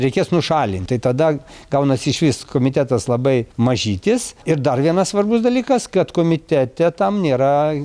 reikės nušalinti tai tada gaunasi išvis komitetas labai mažytis ir dar vienas svarbus dalykas kad komitete tam nėra